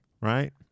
Right